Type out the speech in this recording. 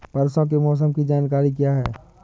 परसों के मौसम की जानकारी क्या है?